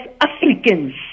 Africans